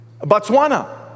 Botswana